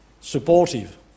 supportive